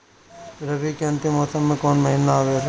रवी के अंतिम मौसम में कौन महीना आवेला?